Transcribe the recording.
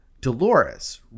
Dolores